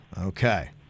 Okay